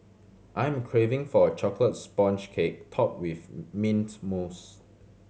I am craving for a chocolate sponge cake topped with mint mousse